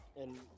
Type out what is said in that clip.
and-